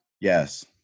Yes